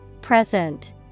Present